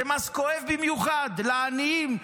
זה מס כואב במיוחד לעניים,